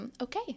Okay